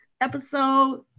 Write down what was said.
episode